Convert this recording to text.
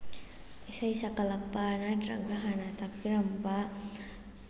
ꯏꯁꯩ ꯁꯛꯀꯠꯂꯛꯄ ꯅꯠꯇꯔꯒ ꯍꯥꯟꯅ ꯁꯛꯄꯤꯔꯝꯕ